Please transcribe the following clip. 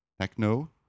techno